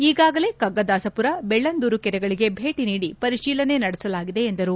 ಈಗಾಗಲೇ ಕಗ್ಗದಾಸಮರ ಬೆಳ್ಳಂದೂರು ಕೆರೆಗಳಿಗೆ ಭೇಟ ನೀಡಿ ಪರಿಶೀಲನೆ ನಡೆಸಲಾಗಿದೆ ಎಂದರು